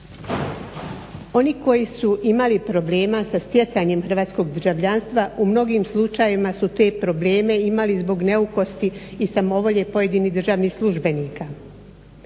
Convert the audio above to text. Oni koji su imali problema sa stjecanjem hrvatskog državljanstva u mnogim slučajevima su te probleme imali zbog neukosti i samovolje pojedinih državnih službenika.